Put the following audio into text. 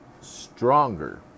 stronger